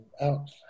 out